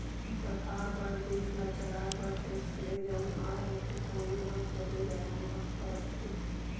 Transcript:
सरकार बर देस ल चलाए बर टेक्स ले जउन आय होथे तउने ह सबले जादा महत्ता राखथे